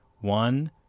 one